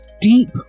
deep